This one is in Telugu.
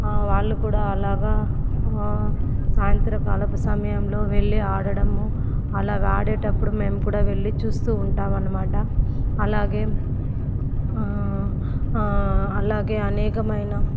వాళ్లు కూడా అలాగే సాయంత్రకాలపు సమయంలో వెళ్లి ఆడడము అలాగా ఆడేటప్పుడు మేము కూడా వెళ్లి చూస్తూ ఉంటాం అనమాట అలాగే అనేకమైన